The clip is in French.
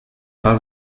pas